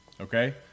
okay